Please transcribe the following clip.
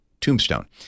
tombstone